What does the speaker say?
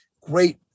great